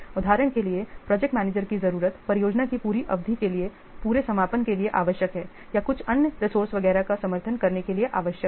उदाहरण के लिए प्रोजेक्ट मैनेजर की जरूरत परियोजना की पूरी अवधि के लिए पूरे समापन के लिए आवश्यक है या कुछ अन्य रिसोर्सेज वगैरह का समर्थन करने के लिए आवश्यक है